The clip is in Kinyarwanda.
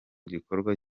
gikorwa